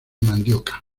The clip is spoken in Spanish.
mandioca